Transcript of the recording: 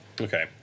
Okay